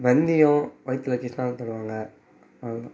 வெந்தயம் வைற்றுல கிருஷ்ணாயில் தடவுவாங்க அவ்வளோ தான்